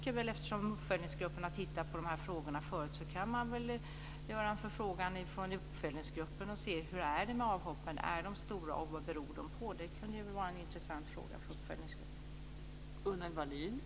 Eftersom uppföljningsgruppen har tittat på frågorna förut kan väl gruppen göra en förfrågan och se efter hur det är med avhoppen. Är de stora, och vad beror de på? Det kunde väl vara en intressant fråga för uppföljningsgruppen.